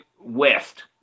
west